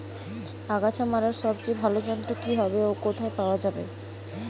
আগাছা মারার সবচেয়ে ভালো যন্ত্র কি হবে ও কোথায় পাওয়া যাবে?